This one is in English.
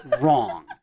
wrong